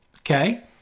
okay